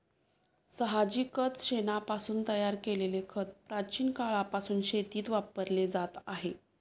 साहजिकच शेणापासून तयार केलेले खत प्राचीन काळापासून शेतीत वापरले जात आहे